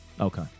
Okay